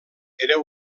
era